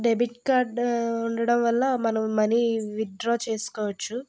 debit card ఉండటం వల్ల మనం మనీ విత్డ్రా చేసుకోవచ్చు